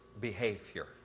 behavior